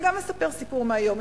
גם אני אספר סיפור מהיום.